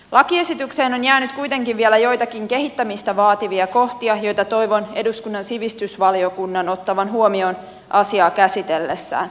lakiesitykseen on jäänyt kuitenkin vielä joitakin kehittämistä vaativia kohtia joita toivon eduskunnan sivistysvaliokunnan ottavan huomioon asiaa käsitellessään